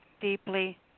deeply